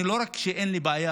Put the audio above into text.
לא רק שאין לי בעיה,